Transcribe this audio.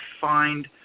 find